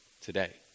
today